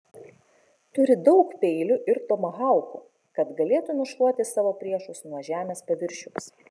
turi daug peilių ir tomahaukų kad galėtų nušluoti savo priešus nuo žemės paviršiaus